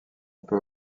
peut